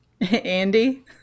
Andy